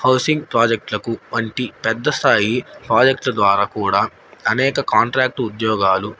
housing ప్రాజెక్టులకు వంటి పెద్ద స్థాయి ప్రాజెక్ట్ల ద్వారా కూడా అనేక కాంట్రాక్ట్ ఉద్యోగాలు